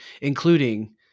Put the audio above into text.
Including